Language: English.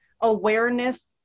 awareness